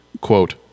quote